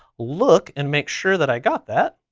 look and make sure that i got that.